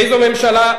איזו ממשלה,